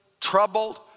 troubled